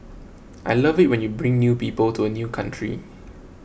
I love it when you bring people to a new country